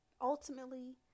ultimately